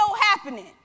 happening